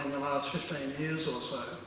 the last fifteen years or so,